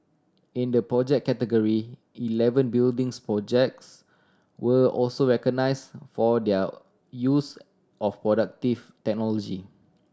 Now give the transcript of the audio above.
in the project category eleven buildings projects were also recognise for their use of productive technology